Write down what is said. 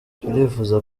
turifuza